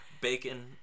Bacon